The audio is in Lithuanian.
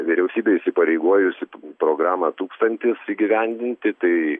vyriausybė įsipareigojusi programą tūkstantis įgyvendinti tai